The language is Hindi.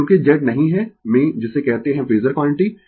क्योंकि Z नहीं है में जिसे कहते है फेजर क्वांटिटी